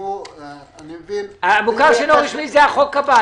זה החוק הבא.